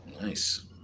Nice